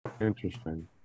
Interesting